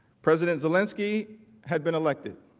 president zelensky had been elected.